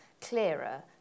clearer